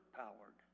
powered